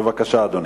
בבקשה, אדוני.